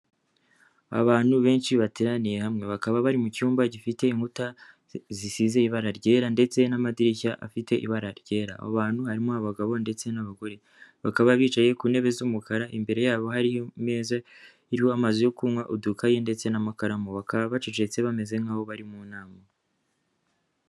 Abantu benshi bateraniye hamwe bakaba bari mu cyumba gifite inkuta zisize ibara ryera ndetse n'amadirishya afite ibara ryera, abo bantu harimo abagabo ndetse n'abagore bakaba bicaye ku ntebe z'umukara, imbere yabo hari imeza iriho amazi yo kunywa, udukayi ndetse n'amakaramu, bakaba bacecetse bameze nk'aho bari mu nama.